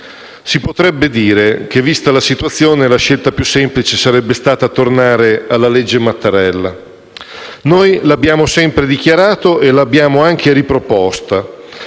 Si potrebbe dire che, vista la situazione, la scelta più semplice sarebbe stata tornare alla cosiddetta legge Mattarella. Noi l'abbiamo sempre dichiarato e l'abbiamo anche riproposta